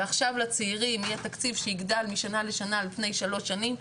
ועכשיו לצעירים יהיה תקציב שיגדל משנה לשנה על פני שלוש שנים.